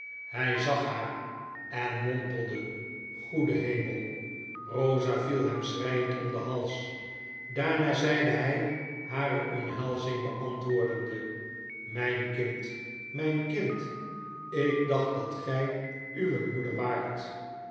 hjj zag haar en mompelde goede hemel i rosa viel hem schreiende om den hals daarna zeide hy hare omhelzing beantwoordende myn kind mijn kind ik dacht dat gjj uwe moeder waart